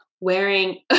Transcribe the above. wearing